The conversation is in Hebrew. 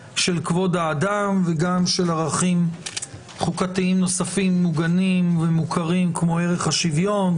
האדם וגם של ערכים חוקתיים נוספים מוגנים ומוכרים כמו: ערך השוויון,